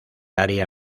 área